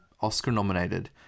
Oscar-nominated